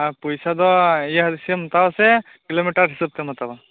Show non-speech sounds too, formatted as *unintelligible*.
ᱟ ᱯᱚᱭᱥᱟᱹ ᱫᱚ ᱤᱭᱟ *unintelligible* ᱦᱤᱥᱟᱵ *unintelligible* ᱦᱟᱛᱟᱣᱟᱥᱮ ᱠᱤᱞᱳᱢᱤᱴᱚᱨ ᱦᱤᱥᱟ ᱵᱽ ᱛᱮᱢ ᱦᱟᱛᱟᱣᱟ